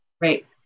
right